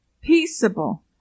peaceable